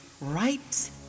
Right